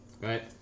right